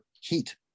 heat